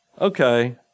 okay